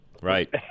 Right